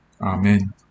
Amen